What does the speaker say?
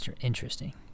interesting